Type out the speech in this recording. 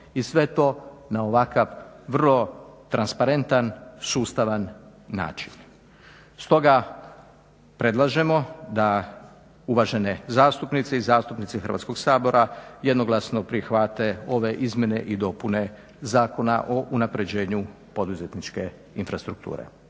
I sve to na ovakav vrlo transparentan, sustavan način. Stoga predlažemo da uvažene zastupnice i zastupnici Hrvatskog sabora jednoglasno prihvate ove izmjene i dopune Zakona o unapređenju poduzetničke infrastrukture.